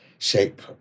Shape